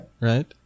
Right